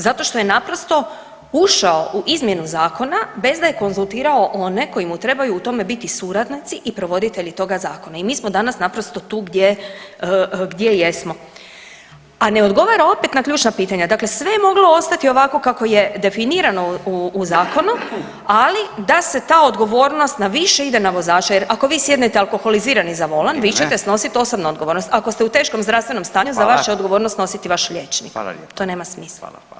Zato što je naprosto ušao u izmjenu zakona bez da je konzultirao one koji mu trebaju u tome biti suradnici i provoditelji toga zakona i mi smo danas naprosto tu gdje, gdje jesmo, a ne odgovara opet na ključna pitanja, dakle sve je moglo ostati ovako kako je definirano u zakonu, ali da se ta odgovornost na više ide na vozača jer ako vi sjednete alkoholizirani za volan vi ćete snosit osobno odgovornost, ako ste u teškom zdravstvenom stanju za vašu odgovornost će snositi vaš liječnik, to nema smisla.